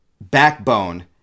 backbone